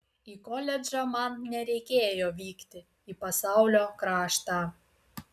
į koledžą man nereikėjo vykti į pasaulio kraštą